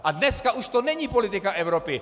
A dneska už to není politika Evropy.